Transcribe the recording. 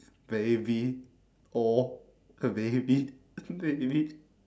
baby oh the baby the baby